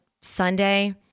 Sunday